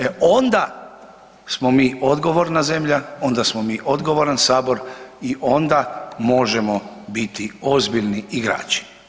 E onda smo mi odgovorna zemlja, onda smo mi odgovoran Sabor i onda možemo biti ozbiljni igrači.